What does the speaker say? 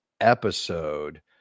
episode